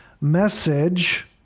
message